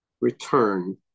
return